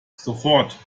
sofort